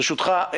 ברשותך,